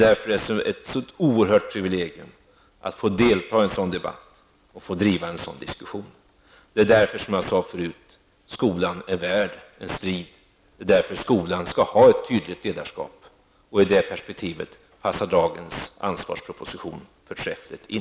Därför är det ett så oerhört privilegium att få delta i en sådan debatt och få driva en sådan diskussion. Därför sade jag förut att skolan är värd en strid. Skolan skall ha ett tydligt ledarskap. I det perspektivet passar dagens ansvarsproposition förträffligt in.